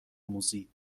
آموزی